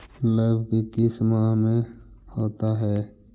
लव की किस माह में होता है?